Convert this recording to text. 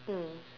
mm